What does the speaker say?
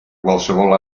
qualsevol